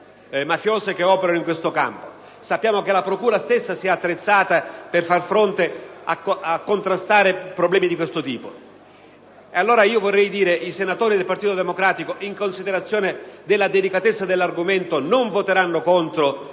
mafiose che operano in questo campo; sappiamo che la procura stessa si è attrezzata per contrastare problemi di questo tipo. I senatori del Partito Democratico, in considerazione della delicatezza dell'argomento, non voteranno contro